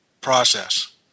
process